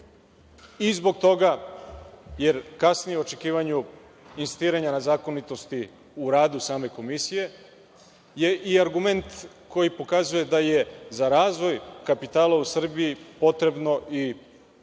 Zbog toga što kasnije u očekivanju insistiranja na zakonitosti u radu same Komisije je i argument koji pokazuje da je za razvoj kapitala u Srbiji potrebno i poverenje.